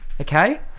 okay